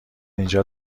اینجا